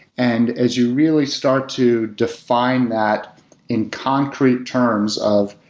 and as you really start to define that in concrete terms of,